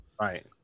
Right